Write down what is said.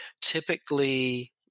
typically